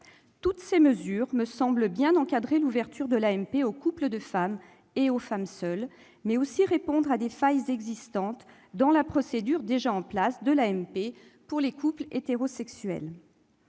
Toutes ces mesures me semblent bien encadrer l'ouverture de l'AMP aux couples de femmes et aux femmes seules, tout en comblant des failles existantes dans la procédure déjà en place de l'AMP pour les couples hétérosexuels.